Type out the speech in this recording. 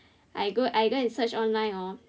I go I go and search online hor